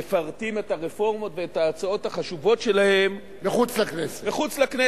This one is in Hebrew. מפרטים את הרפורמות ואת ההצעות החשובות שלהם מחוץ לכנסת,